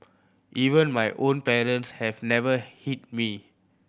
even my own parents have never hit me